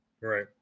right